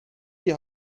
die